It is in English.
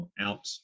out